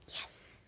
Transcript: Yes